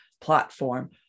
platform